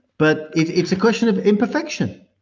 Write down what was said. but it's it's a question of imperfection.